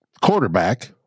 quarterback